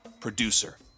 producer